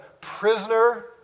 prisoner